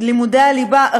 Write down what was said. לימודי הליבה,